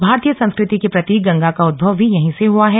भारतीय संस्कृति की प्रतीक गंगा का उद्भव यही से हुआ है